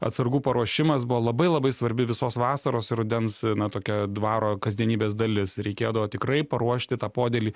atsargų paruošimas buvo labai labai svarbi visos vasaros rudens na tokia dvaro kasdienybės dalis reikėdavo tikrai paruošti tą podėlį